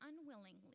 unwillingly